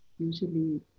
Usually